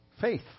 faith